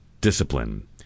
discipline